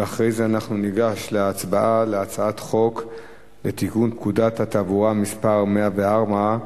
ואחרי זה ניגש להצבעה על הצעת חוק לתיקון פקודת התעבורה (מס' 104)